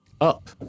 Up